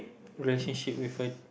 relationship with her